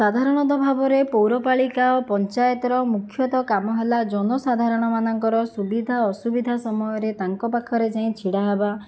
ସାଧାରଣତଃ ଭାବରେ ପୌରପାଳିକା ଆଉ ପଞ୍ଚାୟତର ମୁଖ୍ୟତଃ କାମ ହେଲା ଜନସାଧାରଣମାନଙ୍କର ସୁବିଧା ଅସୁବିଧା ସମୟରେ ତାଙ୍କ ପାଖରେ ଯାଇ ଛିଡ଼ା ହେବା